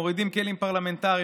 מורידים כלים פרלמנטריים,